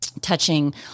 touching